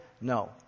No